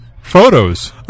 photos